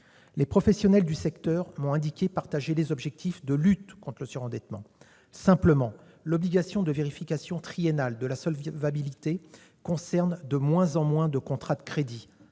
Les professionnels du secteur m'ont indiqué partager l'objectif de lutte contre le surendettement. Simplement, l'obligation de vérification triennale de la solvabilité concerne de moins en moins de contrats de crédit